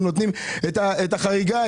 הם נותנים את החריגה,